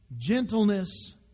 gentleness